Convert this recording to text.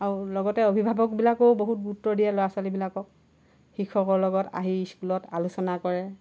আৰু লগতে অভিভাৱকবিলাকেও বহুত গুৰুত্ব দিয়ে ল'ৰা ছোৱালীবিলাকক শিক্ষকৰ লগত আহি স্কুলত আলোচনা কৰে